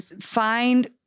find